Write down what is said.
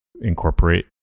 incorporate